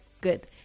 good